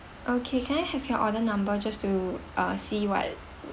okay can I have your order number just to uh see what